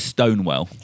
Stonewell